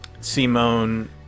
Simone